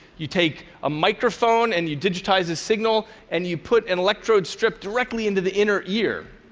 you take a microphone and you digitize the signal, and you put an electrode strip directly into the inner ear.